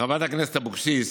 חברת הכנסת אבקסיס,